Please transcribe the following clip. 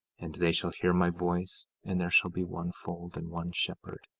and they shall hear my voice and there shall be one fold, and one shepherd.